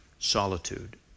Solitude